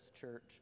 church